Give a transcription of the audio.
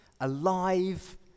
alive